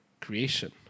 creation